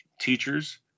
Teachers